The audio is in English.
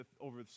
over